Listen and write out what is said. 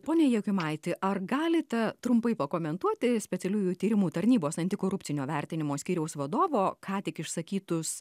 pone jokimaiti ar galite trumpai pakomentuoti specialiųjų tyrimų tarnybos antikorupcinio vertinimo skyriaus vadovo ką tik išsakytus